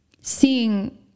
seeing